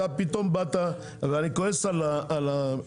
אתה פתאום באת, ואני כועס על החלוקה.